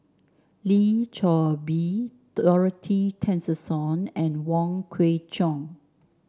Lim Chor Pee Dorothy Tessensohn and Wong Kwei Cheong